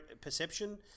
perception